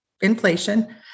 inflation